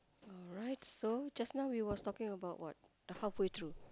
alright so just now we was talking about what the halfway through